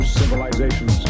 civilizations